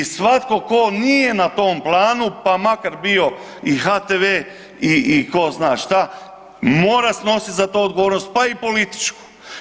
I svatko tko nije na tom planu pa makar bio i HTV i tko zna šta mora snosit za to odgovornost, pa i političku.